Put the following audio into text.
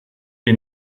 les